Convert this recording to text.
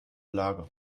lage